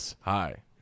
Hi